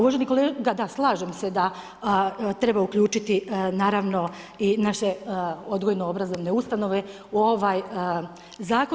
Uvaženi kolega, da, slažem se da treba uključiti naravno i naše odgojno-obrazovne ustanove u ovaj Zakon.